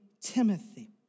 Timothy